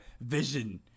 vision